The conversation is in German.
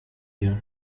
hier